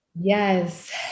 Yes